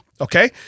Okay